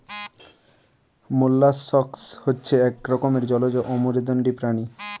molluscs হচ্ছে এক রকমের জলজ অমেরুদন্ডী প্রাণী